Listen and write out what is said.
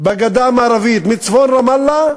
בגדה המערבית, מצפון רמאללה,